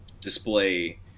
display